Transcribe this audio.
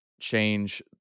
change